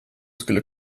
skulle